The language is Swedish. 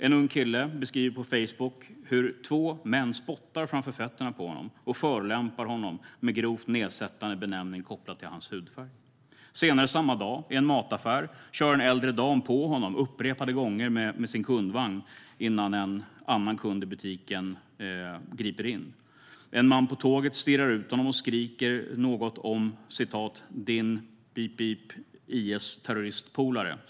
En ung kille beskriver på Facebook hur två män spottar framför fötterna på honom och förolämpar honom med en grovt nedsättande benämning kopplad till hans hudfärg. Senare samma dag i en mataffär kör en äldre dam på honom upprepade gånger med sin kundvagn innan en annan kund i butiken griper in. En man på tåget stirrar ut honom och skriker något om "dina 'beep-beep' IS-terroristpolare".